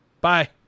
Bye